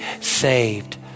saved